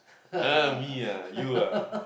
uh me ah you ah